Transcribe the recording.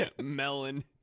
melon